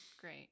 Great